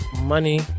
money